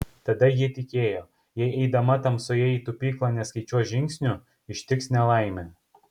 tada ji tikėjo jei eidama tamsoje į tupyklą neskaičiuos žingsnių ištiks nelaimė